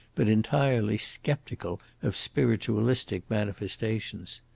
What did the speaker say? but entirely sceptical of, spiritualistic manifestations.